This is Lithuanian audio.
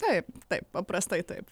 taip taip paprastai taip